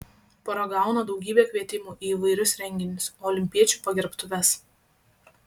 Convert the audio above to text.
pora gauna daugybę kvietimų į įvairius renginius olimpiečių pagerbtuves